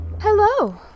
Hello